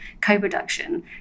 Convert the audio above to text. co-production